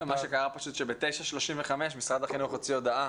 מה שקרה זה שבשעה 09:35 משרד החינוך הוציא הודעה